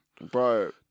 Bro